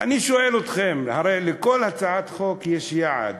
אני שואל אתכם, הרי לכל הצעת חוק יש יעד.